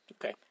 Okay